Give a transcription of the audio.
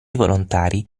volontari